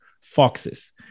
foxes